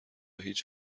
هیچ